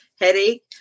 headache